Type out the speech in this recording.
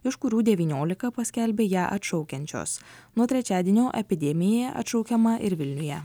iš kurių devyniolika paskelbė ją atšaukiančios nuo trečiadienio epidemija atšaukiama ir vilniuje